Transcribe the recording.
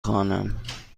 خوانم